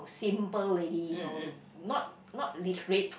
simple lady you know not not literate